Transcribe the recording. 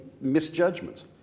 misjudgments